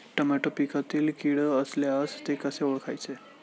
Tomato पिकातील कीड असल्यास ते कसे ओळखायचे?